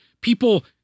People